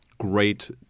Great